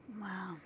Wow